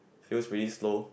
feels pretty slow